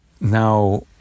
now